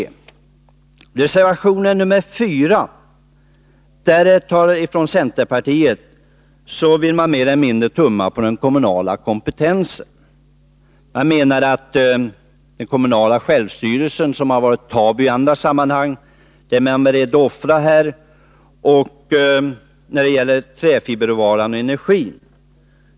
I reservation 4 från centerpartiet vill man mer eller mindre tumma på den kommunala kompetensen. Den kommunala självstyrelsen, som har varit tabu i andra sammanhang, är man beredd att offra när det gäller träfiberråvaran och energin.